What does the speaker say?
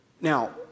Now